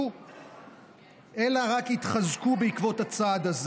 אלא רק יתחזקו בעקבות הצעד.